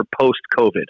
post-COVID